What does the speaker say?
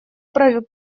проекту